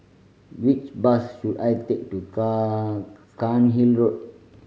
which bus should I take to Cairnhill Road